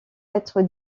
être